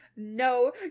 No